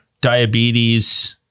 diabetes